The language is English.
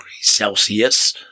Celsius